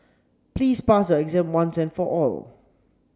please pass your exam once and for all